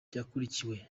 byakurikiwe